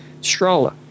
stroller